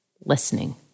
listening